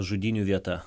žudynių vieta